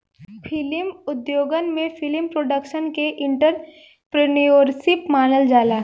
film उद्योगन में film production के एंटरप्रेन्योरशिप मानल जाला